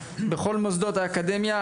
בכל מוסדות האקדמיה.